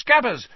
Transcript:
Scabbers